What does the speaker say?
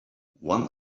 one